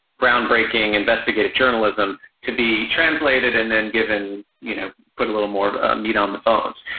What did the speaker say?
groundbreaking investigative journalism to be translated and then given, you know, put a little more meat on the bones.